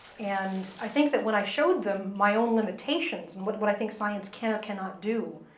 and i think that when i showed them my own limitations and what but i think science can or cannot do,